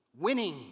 Winning